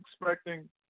expecting